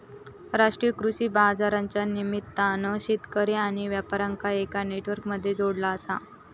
राष्ट्रीय कृषि बाजारच्या निमित्तान शेतकरी आणि व्यापार्यांका एका नेटवर्क मध्ये जोडला आसा